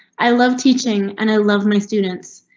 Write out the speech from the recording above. i love teaching and i love my students.